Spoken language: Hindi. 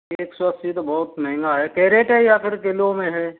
एक सौ अस्सी तो बहुत महँगा है कैरेट है या फिर किलो में हैं